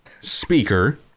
speaker